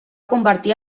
convertir